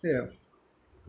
সেয়াই আৰু